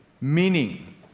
Meaning